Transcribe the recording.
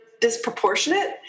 disproportionate